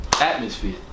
atmosphere